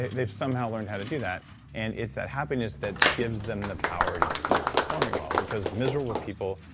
they've somehow learned how to do that and it's that happiness that gives them the power to keep performing well because miserable people,